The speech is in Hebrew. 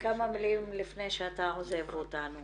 אני